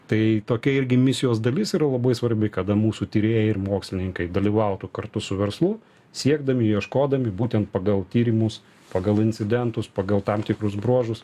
tai tokia irgi misijos dalis yra labai svarbi kada mūsų tyrėjai ir mokslininkai dalyvautų kartu su verslu siekdami ieškodami būtent pagal tyrimus pagal incidentus pagal tam tikrus bruožus